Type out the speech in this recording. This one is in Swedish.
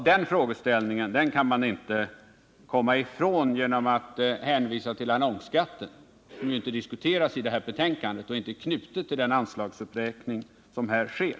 Den frågeställningen kan man inte komma ifrån genom att hänvisa till annonsskatten, som inte diskuteras i detta betänkande och inte är knuten till den anslagsuppräkning som här sker.